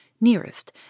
nearest